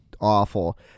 awful